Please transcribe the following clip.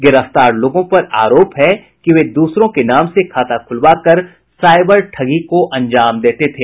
गिरफ्तार लोगों पर आरोप है कि वे दूसरों के नाम से खाता खुलवा कर साइबर ठगी को अंजाम देते थे